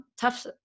tough